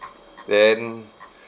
then